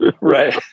Right